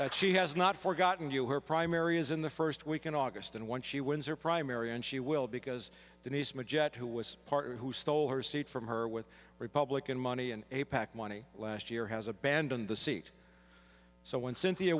that she has not forgotten you her primary is in the first week in august and once she wins are primary and she will because denise majette who was a partner who stole her seat from her with republican money and a pac money last year has abandoned the seat so when cynthia